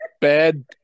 bad